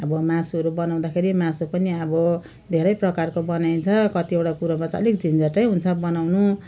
अब मासुहरू बनाउँदाखेरि मासु पनि अब धेरै प्रकारको बनाइन्छ कतिवटा कुरोमा चाहिँ अलिक झन्झटै हुन्छ बनाउनु